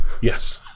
yes